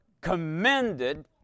commended